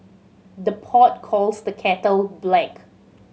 the pot calls the kettle black